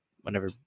whenever